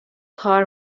کار